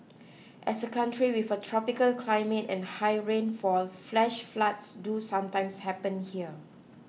as a country with a tropical climate and high rainfall flash floods do sometimes happen here